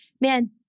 man